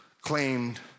claimed